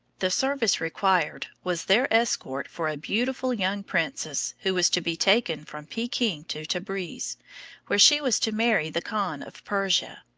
the service required was their escort for a beautiful young princess who was to be taken from peking to tabriz, where she was to marry the khan of persia.